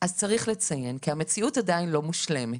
אז צריך לציין כי המציאות עדיין לא מושלמת